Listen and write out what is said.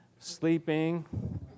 Sleeping